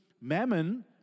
mammon